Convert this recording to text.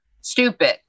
stupid